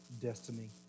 destiny